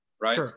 right